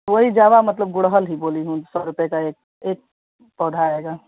वही जावा मतलब गुड़हल ही बोली हूँ सौ रुपये का एक एक पौधा आएगा